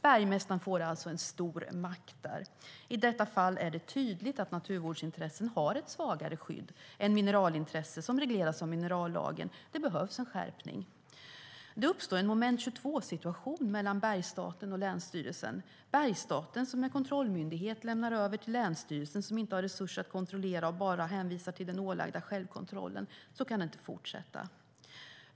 Bergmästaren får alltså stor makt. I detta fall är det tydligt att naturvårdsintressen har ett svagare skydd än mineralintresse som regleras av minerallagen. Det behövs en skärpning. Det uppstår en moment 22-situation mellan Bergsstaten och länsstyrelsen. Bergsstaten, som är kontrollmyndighet, lämnar över till länsstyrelsen, som inte har resurser att kontrollera och bara hänvisar till den ålagda självkontrollen. Så kan det inte fortsätta.